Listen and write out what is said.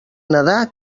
nadar